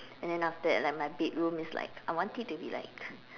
and after that like my bedroom is like I want it to be like